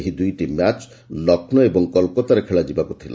ଏହି ଦୁଇଟି ମ୍ୟାଚ୍ ଲକ୍ଷ୍ମୌ ଏବଂ କୋଲ୍କାତାରେ ଖେଳାଯିବାକୁ ଥିଲା